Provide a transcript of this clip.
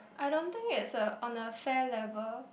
I don't think it's a on a fair level